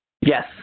Yes